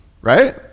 right